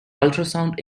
ultrasound